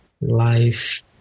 Life